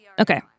Okay